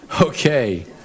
Okay